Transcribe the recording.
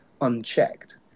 unchecked